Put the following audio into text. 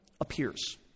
appears